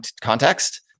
context